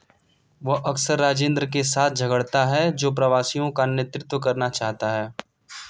वह अक्सर राजेंद्र के साथ झगड़ता है जो प्रवासियों का नेतृत्व करना चाहता है